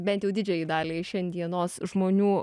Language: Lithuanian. bent jau didžiajai daliai šiandienos žmonių